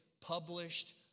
published